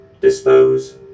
Dispose